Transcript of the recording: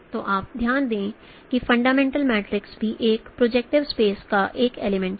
तो आप ध्यान दें कि फंडामेंटल मैट्रिक्स भी एक प्रोजेक्टिव स्पेस का एक एलिमेंट है